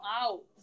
out